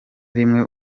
rimwe